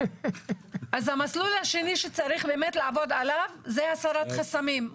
אז המסלול השני שצריך באמת לעבוד עליו זה הסרת חסמים.